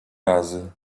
razy